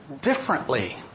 differently